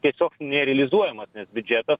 tiesiog nerealizuojamas nes biudžetas